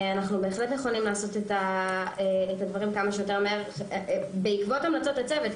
אנחנו בהחלט נכונים לעשות את הדברים כמה שיותר מהר בעקבות המלצות הצוות.